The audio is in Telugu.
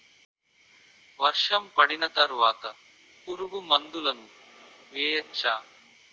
వర్షం పడిన తర్వాత పురుగు మందులను వేయచ్చా?